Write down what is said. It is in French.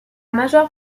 majeure